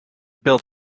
build